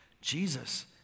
Jesus